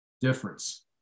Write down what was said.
difference